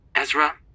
Ezra